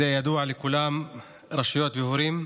זה ידוע לכולם, רשויות והורים,